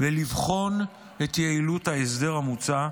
ולבחון את יעילות ההסדר המוצע,